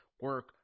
Work